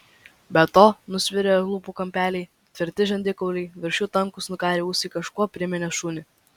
be to nusvirę lūpų kampeliai tvirti žandikauliai virš jų tankūs nukarę ūsai kažkuo priminė šunį